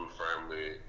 firmly